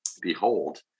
Behold